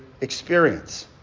experience